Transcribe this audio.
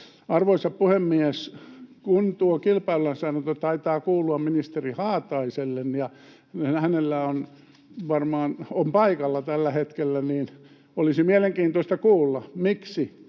Arvoisa puhemies! Kun tuo kilpailulainsäädäntö taitaa kuulua ministeri Haataiselle ja kun hän on paikalla tällä hetkellä, niin olisi mielenkiintoista kuulla: Miksi